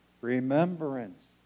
remembrance